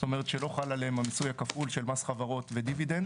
זאת אומרת שלא חל עליהן המיסוי הכפול של מס חברות ודיבידנד,